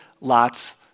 lots